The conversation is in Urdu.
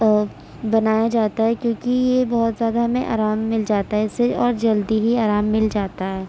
اور بنایا جاتا ہے کیونکہ یہ بہت زیادہ ہمیں آرام مل جاتا ہے اس سے اور جلدی ہی آرام مل جاتا ہے